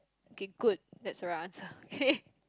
okay good that's the right answer okay